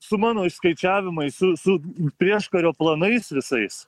su mano išskaičiavimais su su prieškario planais visais